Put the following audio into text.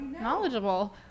knowledgeable